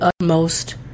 utmost